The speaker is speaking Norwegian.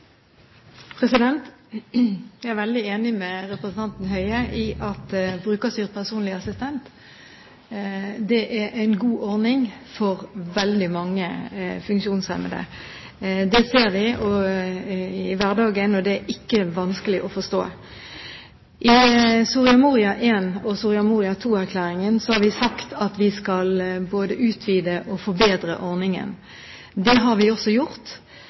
ordning for veldig mange funksjonshemmede. Det ser vi i hverdagen, og det er ikke vanskelig å forstå. I Soria Moria I- og Soria Moria II-erklæringene har vi sagt at vi skal utvide og forbedre ordningen. Det har vi også gjort.